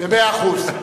מאה אחוז.